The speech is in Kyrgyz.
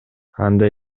анда